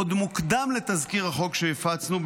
עוד קודם לתזכיר החוק שהפצנו,